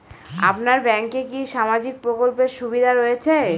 আপনার ব্যাংকে কি সামাজিক প্রকল্পের সুবিধা রয়েছে?